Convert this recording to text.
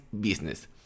business